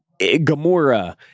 Gamora